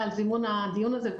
על זימון הדיון הזה,